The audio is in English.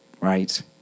right